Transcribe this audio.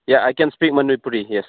ꯌꯥ I can speak Manipuri yes